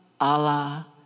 Allah